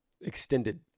extended